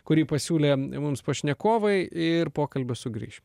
kurį pasiūlė mums pašnekovai ir pokalbio sugrįšim